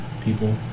people